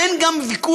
אין גם ויכוח,